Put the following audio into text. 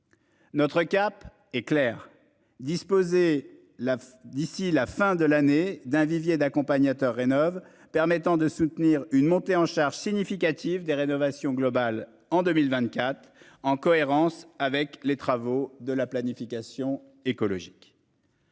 Notre cap est clair, disposer là d'ici la fin de l'année d'un vivier d'accompagnateurs rénovent permettant de soutenir une montée en charge significative des rénovations globales en 2024 en cohérence avec les travaux de la planification écologique.